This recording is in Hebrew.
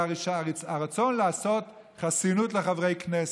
הרצון לעשות חסינות לחברי כנסת.